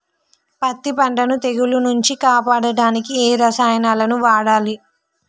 పత్తి పంటని తెగుల నుంచి కాపాడడానికి ఏ రసాయనాలను వాడాలి?